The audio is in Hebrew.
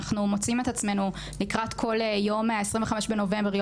אנחנו מוצאים את עצמנו לקראת כל יום ה-25 בנובמבר,